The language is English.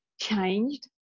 changed